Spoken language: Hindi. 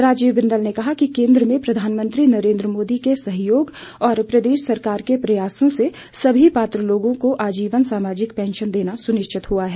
राजीव बिंदल ने कहा कि केंद्र में प्रधानमंत्री नरेंद्र मोदी के सहयोग और प्रदेश सरकार के प्रयासों से सभी पात्र लोगों को आजीवन सामाजिक पैंशन देना सुनिश्चित हुआ है